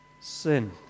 sin